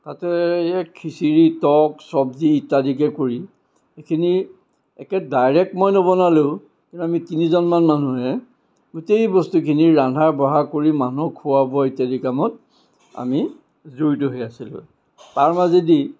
তাতে খিচিৰি টপছ চব্জি ইত্যাদিকে কৰি এইখিনি একে ডাৰেক্ট মই নবনালেও কিন্তু আমি তিনিজনমান মানুহে গোটেই বস্তুখিনি ৰন্ধা বঢ়া কৰি মানুহ খোৱা বোৱা ইত্যাদি কামত আমি জড়িত হৈ আছিলোঁ তাৰ মাজেদি